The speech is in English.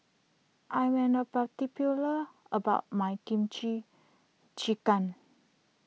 I am an a particular about my Kimchi Jjigae